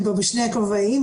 אני פה בשני כובעים,